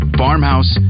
farmhouse